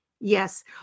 Yes